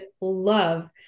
love